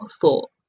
thought